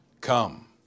Come